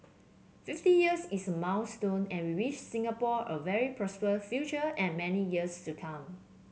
fifty years is milestone and we wish Singapore a very prosperous future and many years to come